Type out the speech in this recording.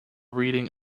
reading